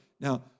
Now